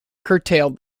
curtailed